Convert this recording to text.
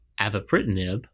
avapritinib